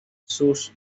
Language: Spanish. sus